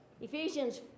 Ephesians